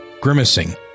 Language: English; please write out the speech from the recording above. Grimacing